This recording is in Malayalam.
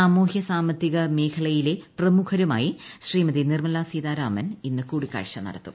സാമൂഹ്യ സാമ്പത്തിക മേഖലയിലെ പ്രമുഖരുമായി ശ്രീമതി നിർമല സീതാരാമൻ ഇന്ന് കൂടിക്കാഴ്ച നടത്തും